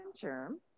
term